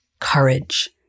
courage